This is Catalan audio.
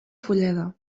fulleda